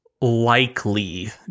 likely